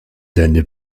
deine